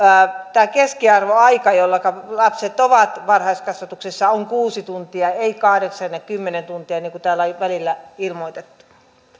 tämä keskiarvoaika jolloinka lapset ovat varhaiskasvatuksessa on kuusi tuntia ei kahdeksan tai kymmenen tuntia niin kuin täällä on välillä ilmoitettu